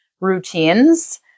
routines